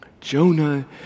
Jonah